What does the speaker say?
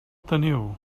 teniu